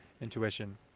intuition